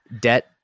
debt